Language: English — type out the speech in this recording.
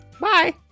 bye